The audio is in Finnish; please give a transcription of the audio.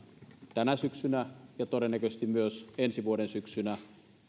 tänä syksynä ja todennäköisesti myös ensi vuoden syksynä